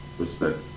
respect